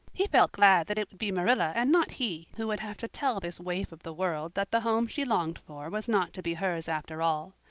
he felt glad that it would be marilla and not he who would have to tell this waif of the world that the home she longed for was not to be hers after all.